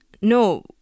No